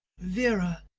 vera.